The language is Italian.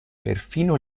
perfino